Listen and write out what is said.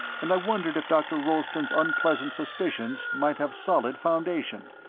and i wondered if dr. rolleston's unpleasant suspicions might have solid foundation,